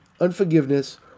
unforgiveness